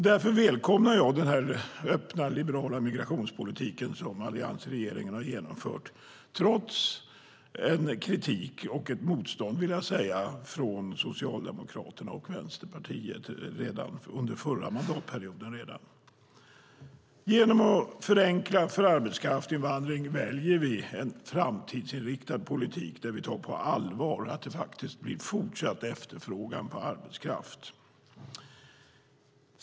Därför välkomnar jag den öppna och liberala migrationspolitiken som alliansregeringen har genomfört trots en kritik och ett motstånd från Socialdemokraterna och Vänsterpartiet redan under den förra mandatperioden. Genom att förenkla för arbetskraftinvandring väljer vi en framtidsinriktad politik där vi tar på allvar den fortsatta efterfrågan på arbetskraft.